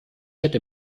hätte